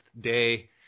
day